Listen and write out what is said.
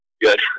good